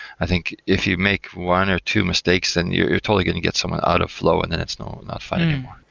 i think if you make one or two mistakes, then you're you're totally going to get someone out of flow and then it's not not fun anymore.